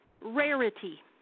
rarity